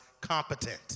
competent